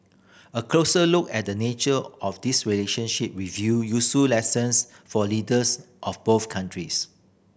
a closer look at the nature of this relationship reveal useful lessons for leaders of both countries